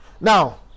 Now